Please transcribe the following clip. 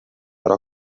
era